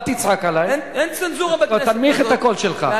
אל תצעק עלי, אין צנזורה בכנסת הזאת.